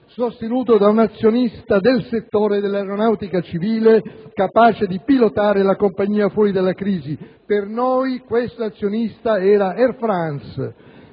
sostenuto da un azionista del settore dell'aeronautica civile capace di pilotare la compagnia fuori dalla crisi. Per noi questo azionista era Air France,